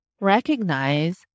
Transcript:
recognize